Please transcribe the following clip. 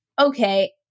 okay